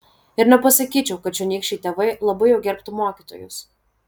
ir nepasakyčiau kad čionykščiai tėvai labai jau gerbtų mokytojus